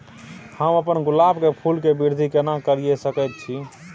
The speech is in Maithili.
हम अपन गुलाब के फूल के वृद्धि केना करिये सकेत छी?